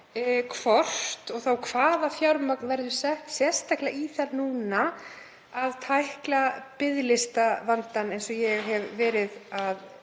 hvort og þá hvaða fjármagn verði sett sérstaklega í það núna að tækla biðlistavandann, eins og ég hef verið að